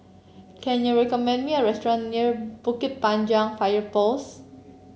can you recommend me a restaurant near Bukit Panjang Fire Post